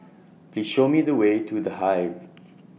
Please Show Me The Way to The Hive